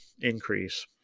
increase